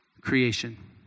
Creation